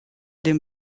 din